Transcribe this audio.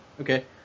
Okay